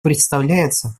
представляется